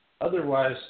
Otherwise